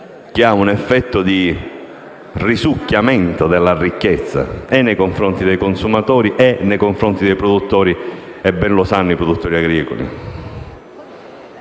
che ha un effetto di risucchio della ricchezza sia nei confronti dei consumatori sia nei confronti dei produttori (e lo sanno bene i produttori agricoli).